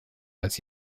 als